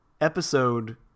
episode